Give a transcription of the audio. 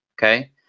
Okay